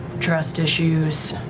trust issues.